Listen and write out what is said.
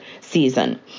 season